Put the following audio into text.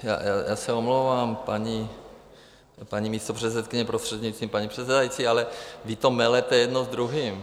Já se omlouvám, paní místopředsedkyně, prostřednictvím paní předsedající, ale vy to melete jedno s druhým.